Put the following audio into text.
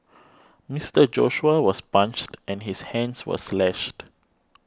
Mister Joshua was punched and his hands were slashed